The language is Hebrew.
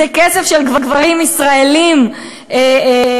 זה כסף של גברים ישראלים שמוציאים,